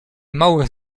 małych